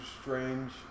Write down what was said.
strange